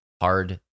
hard